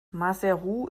maseru